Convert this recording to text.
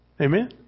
Amen